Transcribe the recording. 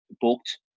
booked